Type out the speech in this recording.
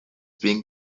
being